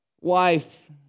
wife